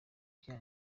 bya